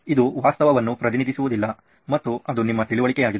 ಇದು ವಾಸ್ತವವನ್ನು ಪ್ರತಿನಿಧಿಸುವುದಿಲ್ಲ ಮತ್ತು ಅದು ನಿಮ್ಮ ತಿಳುವಳಿಕೆಯಾಗಿದೆ